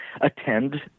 attend